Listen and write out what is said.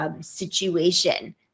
situation